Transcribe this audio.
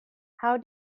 how